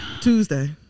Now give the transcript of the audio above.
Tuesday